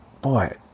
Boy